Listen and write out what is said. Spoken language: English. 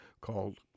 called